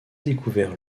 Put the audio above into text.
découvert